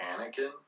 Anakin